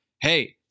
hey